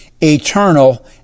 eternal